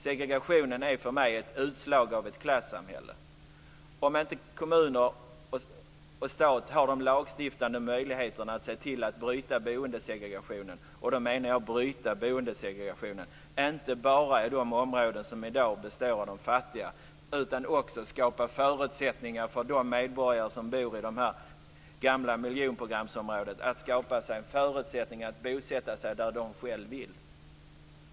Segregationen är för mig ett utslag av ett klassamhälle om inte kommunerna och staten har de lagstiftande möjligheterna att se till att bryta boendesegregationen - och då menar jag bryta boendesegregationen och inte bara i de områden som i dag består av de fattiga utan också skapa förutsättningar för de medborgare som bor i de gamla miljonprogramsområdena att skapa sig förutsättningar att bosätta sig där de själva vill.